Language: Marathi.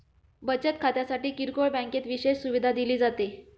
बचत खात्यासाठी किरकोळ बँकेत विशेष सुविधा दिली जाते